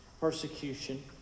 persecution